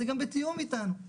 זה גם בתיאום איתנו,